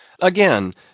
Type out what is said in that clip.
Again